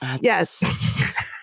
Yes